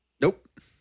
nope